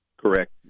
Correct